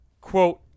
quote